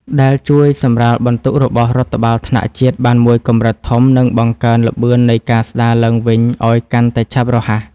ដែលជួយសម្រាលបន្ទុករបស់រដ្ឋបាលថ្នាក់ជាតិបានមួយកម្រិតធំ និងបង្កើនល្បឿននៃការស្ដារឡើងវិញឱ្យកាន់តែឆាប់រហ័ស។